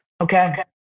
Okay